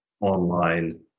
online